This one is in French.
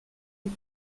les